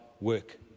work